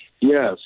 Yes